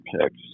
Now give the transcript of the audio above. picks